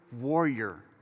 warrior